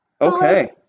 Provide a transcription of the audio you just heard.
Okay